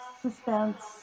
suspense